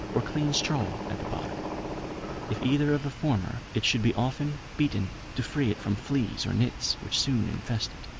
or clean straw at the bottom if either of the former it should be often beaten, to free it from fleas or nits, which soon infest it,